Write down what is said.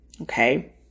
okay